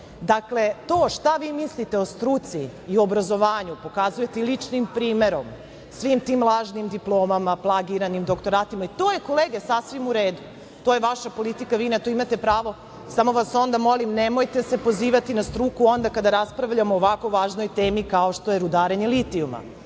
zemlji. Dakle, to šta vi mislite o struci i obrazovanju pokazujete i ličnim primerom, svim tim lažnim diplomama, plagiranim doktoratima i to je, kolege, sasvim u redu. To je vaša politika, vi na to imate pravo, samo vas onda molim – nemojte se pozivati na struku onda kada raspravljamo o ovako važnoj temi kao što je rudarenje litijuma. Druga